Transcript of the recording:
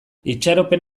itxaropen